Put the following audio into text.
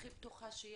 הכי פתוחה שיש,